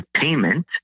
payment